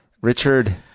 Richard